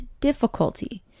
difficulty